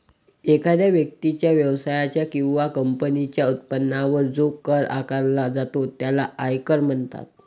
एखाद्या व्यक्तीच्या, व्यवसायाच्या किंवा कंपनीच्या उत्पन्नावर जो कर आकारला जातो त्याला आयकर म्हणतात